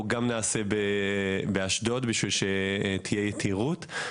אנחנו נעשה גם באשדוד בשביל שתהיה יתירות.